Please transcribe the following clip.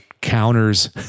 counters